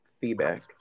feedback